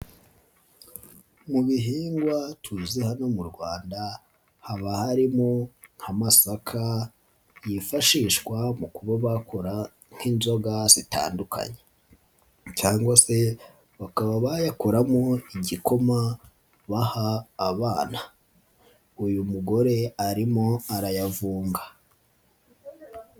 Mu bihingwa tuzi hano mu Rwanda haba harimo nk'amasaka yifashishwa mu kuba bakora nk'inzoga zitandukanye cyangwa se bakaba bayakoramo igikoma baha abana, uyu mugore arimo arayavunga.